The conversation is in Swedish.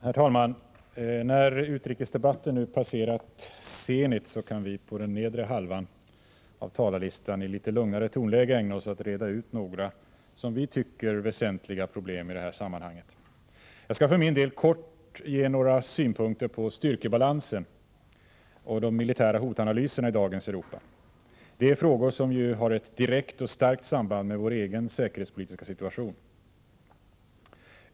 Herr talman! När utrikesdebatten nu har passerat zenit kan vi på den nedre halvan av talarlistan i litet lugnare ton ägna oss åt att reda ut några som vi tycker väsentliga problem i sammanhanget. Jag skall för min del kortfattat ge några synpunkter på styrkebalansen och de militära hotanalyserna i dagens Europa. Det är frågor som ju har ett direkt och starkt samband med vår egen säkerhetspolitiska situation.